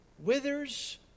withers